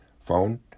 phone